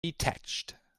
detached